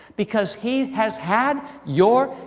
because he has had your